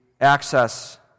access